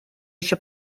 еще